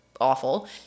awful